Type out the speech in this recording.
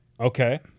Okay